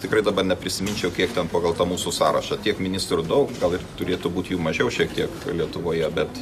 tikrai dabar neprisiminčiau kiek ten pagal tą mūsų sąrašą tiek ministrų daug gal ir turėtų būt jų mažiau šiek tiek lietuvoje bet